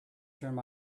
turned